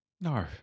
No